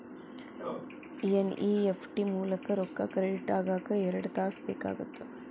NEFT ಮೂಲಕ ರೊಕ್ಕಾ credit ಆಗಾಕ ಎರಡ್ ತಾಸ ಬೇಕಾಗತ್ತಾ